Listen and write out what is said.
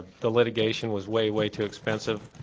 the litigation was way, way too expensive.